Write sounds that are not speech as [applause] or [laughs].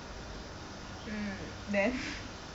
then [laughs]